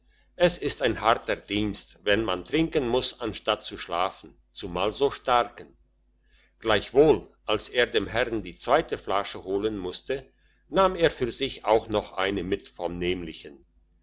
es ist ein harter dienst wenn man trinken muss anstatt zu schlafen zumal so starken gleichwohl als er dem herrn die zweite flasche holen musste nahm er für sich auch noch eine mit vom nämlichen